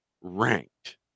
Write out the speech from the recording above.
ranked